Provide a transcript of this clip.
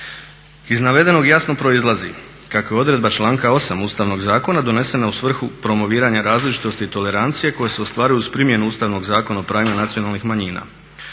Iz navedenog jasno proizlazi kako je odredba članka 8. Ustavnog zakona donesena u svrhu promoviranja različitosti i tolerancije koje se ostvaruju uz primjenu Ustavnog zakona o pravima nacionalnih manjina.